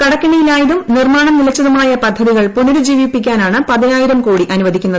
കടക്കെണിയിലായതും നിർമ്മാണം നിലച്ചതുമായ പദ്ധതികൾ പുനരുജ്ജീവിപ്പിക്കാനാണ് പതിനായിരംകോടി അനുവദിക്കുന്നത്